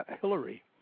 hillary